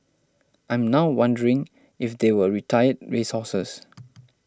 I'm now wondering if they were retired race horses